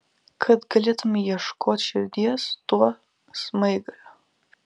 kad galėtumei ieškot širdies tuo smaigaliu